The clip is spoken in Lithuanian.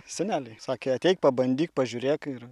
seneliai sakė ateik pabandyk pažiūrėk ir